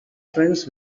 friends